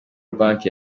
banki